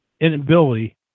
inability